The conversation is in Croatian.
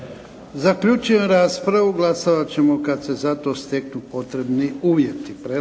Zaključujem raspravu. Glasovat ćemo kad se za to steknu potrebni uvjeti.